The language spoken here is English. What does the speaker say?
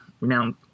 renowned